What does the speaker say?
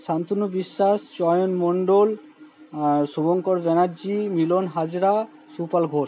Shantanu Biswas Chayan Mondal Shubhankar Banerjee Milan Hazra Supal Ghosh